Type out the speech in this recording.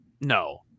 No